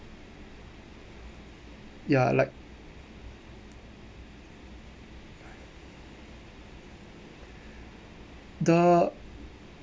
ya like the